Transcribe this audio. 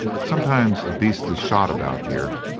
sometimes a beast is shot about here,